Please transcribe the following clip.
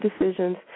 decisions